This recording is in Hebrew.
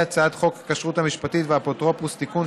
הצעת חוק הכשרות המשפטית והאפוטרופסות (תיקון,